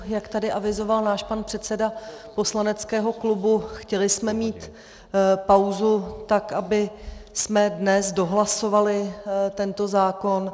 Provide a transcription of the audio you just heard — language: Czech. Jak tady avizoval náš pan předseda poslaneckého klubu, chtěli jsme mít pauzu tak, abychom dnes dohlasovali tento zákon.